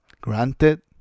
Granted